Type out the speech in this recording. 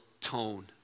tone